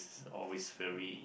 always very